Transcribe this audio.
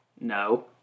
No